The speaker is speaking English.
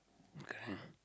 correct